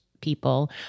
people